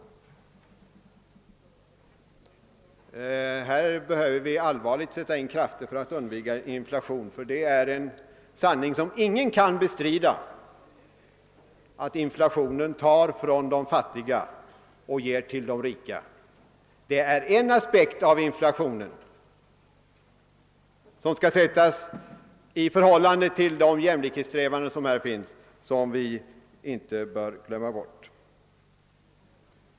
Här beböver det sättas in starka krafter för att hejda inflationen, ty det är en obestridlig sanning att den tar från de fattiga och ger till de rika. Detta är en aspekt på inflationen som skall sättas i relation till jämlikhetssträvandena — det får vi inte glömma.